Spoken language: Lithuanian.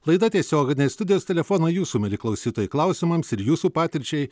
laida tiesioginė studijos telefonai jūsų mieli klausytojai klausimams ir jūsų patirčiai